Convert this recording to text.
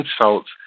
insults